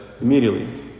immediately